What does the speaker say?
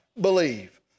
believe